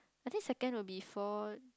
I think second will be four